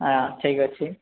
ହଁ ଠିକ୍ ଅଛି